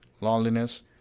Loneliness